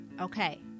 Okay